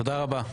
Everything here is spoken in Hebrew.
תודה רבה.